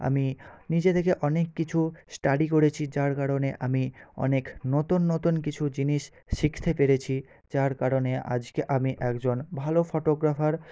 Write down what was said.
আমি নিজে থেকে অনেক কিছু স্টাডি করেছি যার কারণে আমি অনেক নতুন নতুন কিছু জিনিস শিখতে পেরেছি যার কারণে আজকে আমি একজন ভালো ফটোগ্রাফার